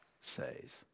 says